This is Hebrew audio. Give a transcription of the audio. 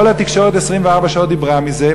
כל התקשורת 24 שעות דיברה על זה?